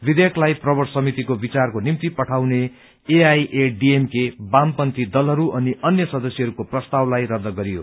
विधेयकलाई प्रबर समितिको विचारको निम्ति पठाउने एआईएडीएमके वामपन्थी दलहरू अनि अन्य सदस्यहरूको प्रस्तावलाई रद्द गरियो